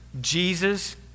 Jesus